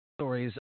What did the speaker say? stories